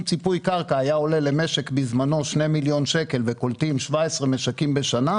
אם ציפוי קרקע בזמנו היה עולה למשק 2 מיליון שקל וקולטים 17 משקים בשנה,